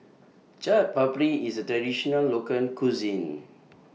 Chaat Papri IS A Traditional Local Cuisine